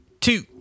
two